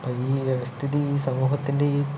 ഈ വ്യവസ്ഥിതി സമൂഹത്തിൻ്റെയീ